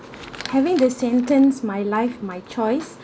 having the sentence my life my choice